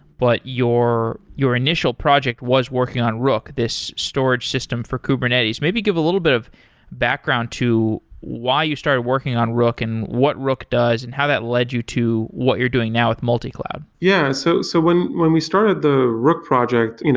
but your your initial project was working on rook, this storage system for kubernetes. maybe give a little bit of background to why you started working on rook and what rook does and how that led you to what you're doing now with multi-cloud yeah. so so when when we started the rook project,